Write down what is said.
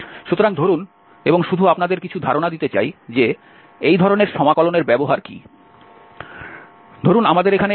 সুতরাং ধরুন এবং শুধু আপনাদের কিছু ধারণা দিতে চাই যে এই ধরনের সমাকলনের ব্যবহার কি